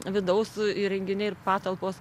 vidaus įrenginiai ir patalpos